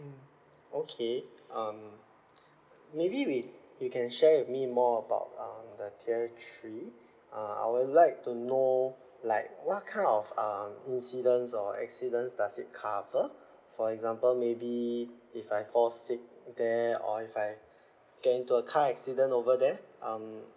mm okay um maybe with you can share with me more about um the tier three uh I would like to know like what kind of um incidents or accidents does it cover for example maybe if I fall sick there or if I get into a car accident over there um